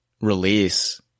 release